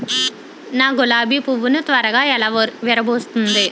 నా గులాబి పువ్వు ను త్వరగా ఎలా విరభుస్తుంది?